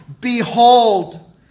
Behold